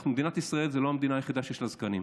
מדינת ישראל היא לא המדינה היחידה שיש בה זקנים,